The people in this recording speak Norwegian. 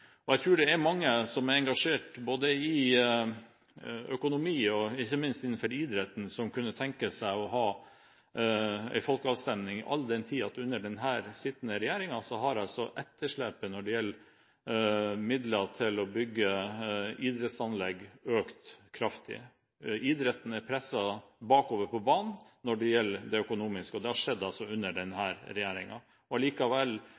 Jeg tror det er mange som er engasjert i økonomi og ikke minst innenfor idretten, som kunne tenke seg å ha en folkeavstemning, all den tiden at under den sittende regjeringen har etterslepet når det gjelder midler til å bygge idrettsanlegg, økt kraftig. Idretten er presset bakover på banen når det gjelder det økonomiske, og det har skjedd under